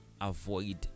Avoid